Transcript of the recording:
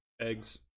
Eggs